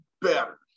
better